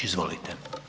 Izvolite.